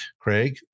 Craig